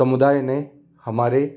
समुदाय ने हमारे